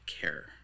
care